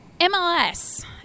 MLS